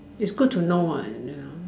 is good to know uh ya